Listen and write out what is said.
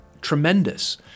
tremendous